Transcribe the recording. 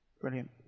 Brilliant